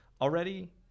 already